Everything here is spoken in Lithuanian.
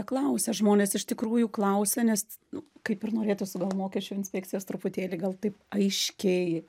klausia žmonės iš tikrųjų klausia nes nu kaip ir norėtųsi gal mokesčių inspekcijos truputėlį gal taip aiškiai